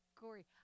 gory